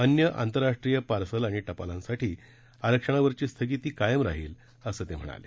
अन्य आंतरराष्ट्रीय पार्सल आणि टपालांसाठी आरक्षणावरील स्थगिती कायम राहील असे ते म्हणाले